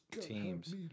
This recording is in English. teams